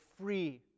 free